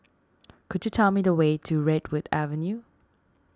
could you tell me the way to Redwood Avenue